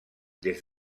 des